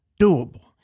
doable